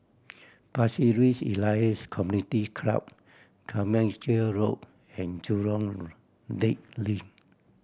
Pasir Ris Elias Community Club Carmichael Road and Jurong Lake Link